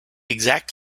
exact